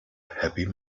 happy